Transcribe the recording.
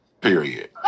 period